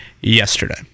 yesterday